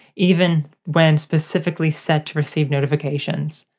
even when specifically set to receive notifications.